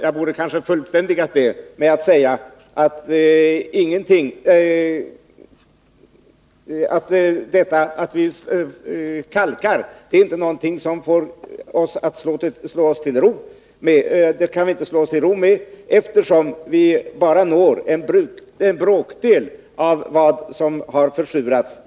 Jag borde kanske ha fullständigat det med att säga att vi inte kan slå oss till ro med att vi kalkar, eftersom vi genom kalkningen bara når en bråkdel av vad som har försurats.